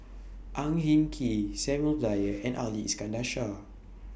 Ang Hin Kee Samuel Dyer and Ali Iskandar Shah